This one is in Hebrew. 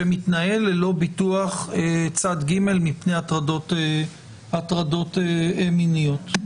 שמתנהל ללא ביטוח צד ג' מפני הטרדות מיניות.